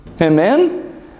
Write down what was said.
Amen